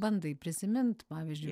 bandai prisimint pavyzdžiui